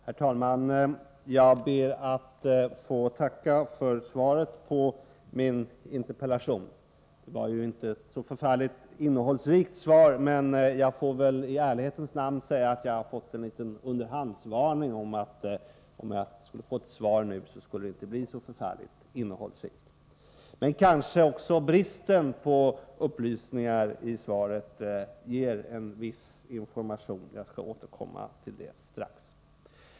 Herr talman! Jag ber att få tacka för svaret på min interpellation. Det var inte så förfärligt innehållsrikt, men jag får i ärlighetens namn nämna att det hade jag blivit förvarnad om. Bristen på upplysningar i svaret ger emellertid också en viss information — jag skall strax återkomma till det.